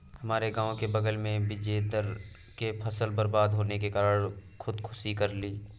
हमारे गांव के बगल में बिजेंदर ने फसल बर्बाद होने के कारण खुदकुशी कर ली